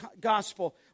gospel